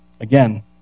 Again